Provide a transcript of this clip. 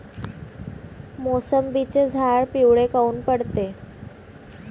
मोसंबीचे झाडं पिवळे काऊन पडते?